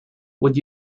would